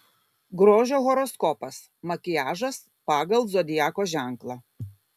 grožio horoskopas makiažas pagal zodiako ženklą